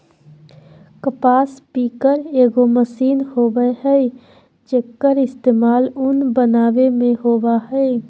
कपास पिकर एगो मशीन होबय हइ, जेक्कर इस्तेमाल उन बनावे में होबा हइ